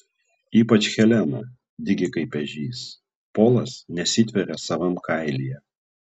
ypač helena dygi kaip ežys polas nesitveria savam kailyje